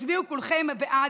הצביעו כולכם בעד.